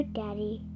daddy